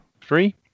Three